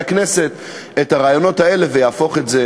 הכנסת את הרעיונות האלה ויהפוך את זה